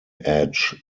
edge